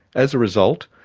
as a result,